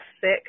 sick